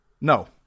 no